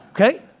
Okay